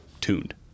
tuned